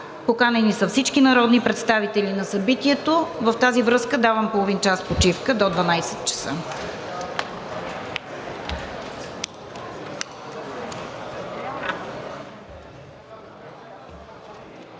Поканени са всички народни представители на събитието. В тази връзка давам половин час почивка до 12,00 ч.